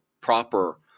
proper